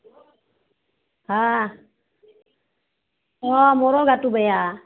হাঁ অঁ মোৰো গাটো বেয়া